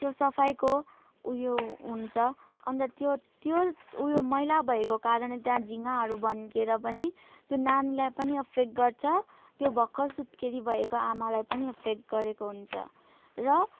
त्यो सफाईको उयो हुन्छ अन्त त्यो त्यो उयो मैला भएको कारणले त्यहाँ झिँगाहरू भन्किएर पनि त्यो नानीलाई पनि इफेक्ट गर्छ त्यो भर्खर सुत्केरी भएको आमालाई पनि इफेक्ट गरेको हुन्छ र